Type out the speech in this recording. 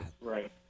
right